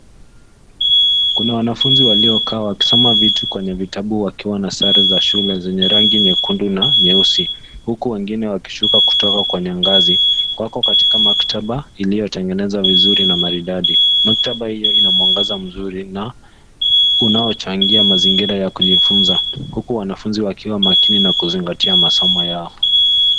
Kuna wanafunzi waliokaa wakisoma vitu kwenye vitabu wakiwa na sare za shule zenye rangi nyekundu na nyeusi, huku wengine wakishuka kutoka kwenye ngazi. Wako katika maktaba iliyotengenezwa vizuri na maridadi. Maktaba hiyo ina mwangaza mzuri na unaochangia mazingira ya kujifunza huku wanafunzi wakiwa makini na kuzingatia masomo yao.